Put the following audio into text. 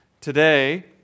today